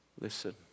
Listen